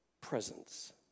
presence